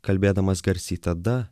kalbėdamas garsiai tada